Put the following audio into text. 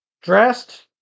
dressed